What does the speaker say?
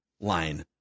line